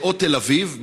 או תל אביב,